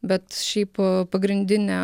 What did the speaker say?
bet šiaip pagrindinę